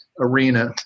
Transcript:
arena